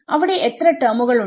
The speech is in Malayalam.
അവിടെ എത്ര ടെർമുകൾ ഉണ്ട്